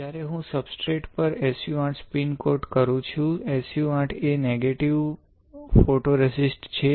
જ્યારે હું સબસ્ટ્રેટ પર SU 8 સ્પિન કોટ કરું છું SU 8 એ નેગેટિવ ફોટોરેઝિસ્ટ છે